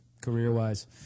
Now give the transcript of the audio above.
career-wise